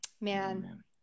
man